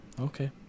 okay